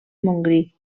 montgrí